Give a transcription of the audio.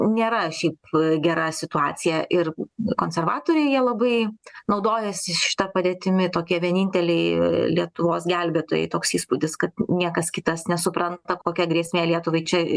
nėra šiaip gera situacija ir konservatoriai jie labai naudojasi šita padėtimi tokie vieninteliai lietuvos gelbėtojai toks įspūdis kad niekas kitas nesupranta kokia grėsmė lietuvai čia